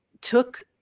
took